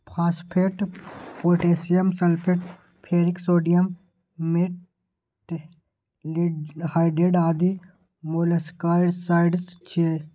phosphate, potassium sulphate, ferric sodium, metaldehyde आदि molluscicides छियै